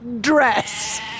dress